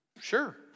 Sure